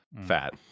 fat